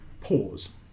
pause